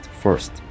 first